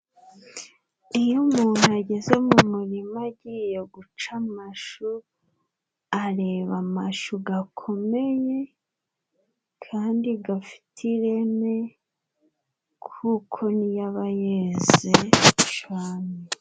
Iyo umuntu ageze mu murima agiye guca amashu, areba amashu gakomeye kandi gafite ireme kuko niyo aba yeze cane.